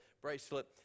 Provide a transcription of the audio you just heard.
bracelet